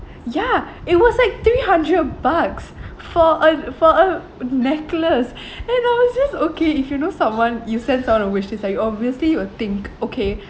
ya it was like three hundred bucks for a for a necklace then I was just okay if you know someone you send someone your wishlist like obviously will think okay